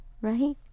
right